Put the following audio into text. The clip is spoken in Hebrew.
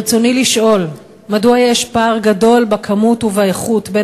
ברצוני לשאול: 1. מדוע יש פער גדול בכמות ובאיכות בין